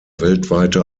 weltweite